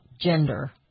gender